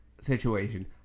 situation